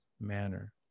manner